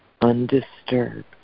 undisturbed